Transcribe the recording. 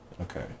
Okay